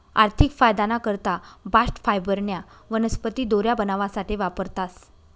आर्थिक फायदाना करता बास्ट फायबरन्या वनस्पती दोऱ्या बनावासाठे वापरतास